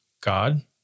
God